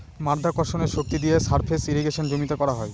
মাধ্যাকর্ষণের শক্তি দিয়ে সারফেস ইর্রিগেশনে জমিতে করা হয়